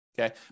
okay